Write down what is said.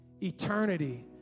Eternity